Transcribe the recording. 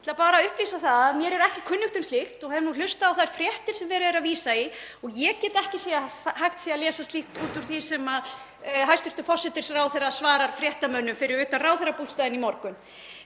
ætla bara að upplýsa það að mér er ekki kunnugt um slíkt og hef nú hlustað á þær fréttir sem verið er að vísa í og ég get ekki séð að hægt sé að lesa slíkt út úr því sem hæstv. forsætisráðherra svaraði fréttamönnum fyrir utan ráðherrabústaðinn í morgun.